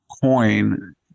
coin